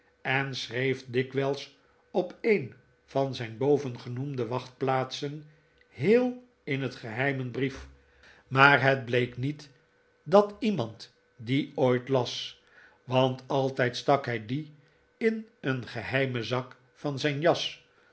en schreef dikwijls op een van zijn bovengenoemde wachtplaatsen heel in het geheim een brief maar het bleek niet dat iemand tigg montague geeft een diner dien ooit las want altijd stak hij dien in een geheimen zak van zijn jas